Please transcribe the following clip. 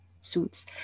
suits